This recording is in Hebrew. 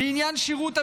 לעניין שירות מילואים,